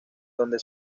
donde